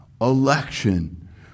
Election